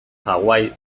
hawaii